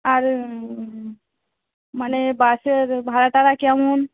আর মানে বাসের ভাড়া টাড়া কেমন